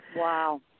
Wow